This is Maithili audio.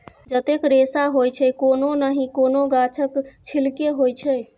जतेक रेशा होइ छै कोनो नहि कोनो गाछक छिल्के होइ छै